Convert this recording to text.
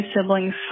siblings